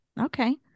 okay